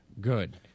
good